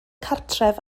cartref